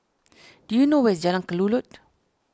do you know where is Jalan Kelulut